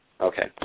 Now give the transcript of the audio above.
Okay